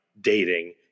dating